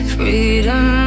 Freedom